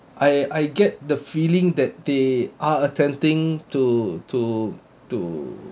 I I get the feeling that they are attempting to to to